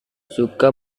suka